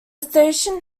station